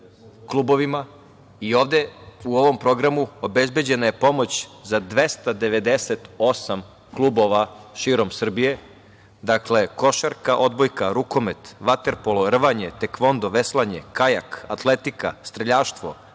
klubovima. Ovde u ovom programu obezbeđena je pomoć za 298 klubova širom Srbije, dakle, košarka, odbojka, rukomet, vaterpolo, rvanje, tekvondo, veslanje, kajak, atletika, streljaštvo,